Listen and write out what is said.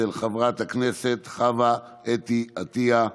של חברת הכנסת חוה אתי עטייה.